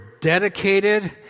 dedicated